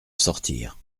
sortir